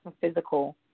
physical